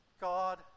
God